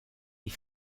die